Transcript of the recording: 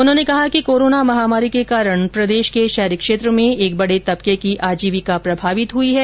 उन्होंने कहा कि कोरोना महामारी के कारण प्रदेश के शहरी क्षेत्र में एक बड़े तबके की आजीविका प्रभावित हुई है